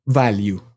value